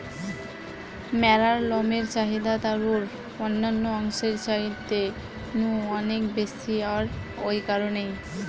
ম্যাড়ার লমের চাহিদা তারুর অন্যান্য অংশের চাইতে নু অনেক বেশি আর ঔ কারণেই